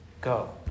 go